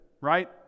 right